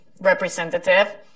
representative